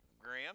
Graham